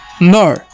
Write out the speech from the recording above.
No